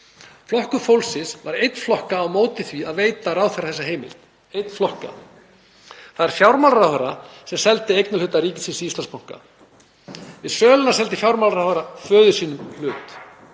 Flokkur fólksins var einn flokka á móti því að veita ráðherra þessa heimild, einn flokka. Það er fjármálaráðherra sem seldi eignarhluta ríkisins í Íslandsbanka. Við söluna seldi fjármálaráðherra föður sínum hlut.